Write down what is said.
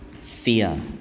fear